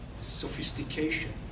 sophistication